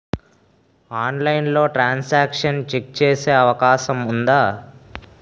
ఆన్లైన్లో transaction check చేసే అవకాశం ఉందా?